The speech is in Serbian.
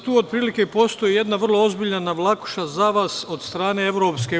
Tu postoji jedna vrlo ozbiljna navlakuša za vas od strane EU.